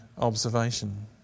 observation